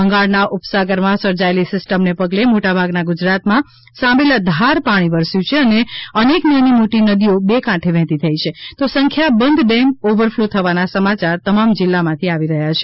બંગાળના ઉપસાગરમાં સર્જાયેલી સિસ્ટમને પગલે મોટાભાગના ગુજરાતમાં સાંબેલાધાર પાણી વરસ્યું છે અને અનેક નાની મોટી નદીઓ બેકાંઠે વહેતી થઈ છે તો સંખ્યાબંધ ડેમ ઓવરફ્લો થવાના સમાચાર તમામ જિલ્લા માં થી આવી રહ્યા છે